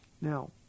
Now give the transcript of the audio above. Now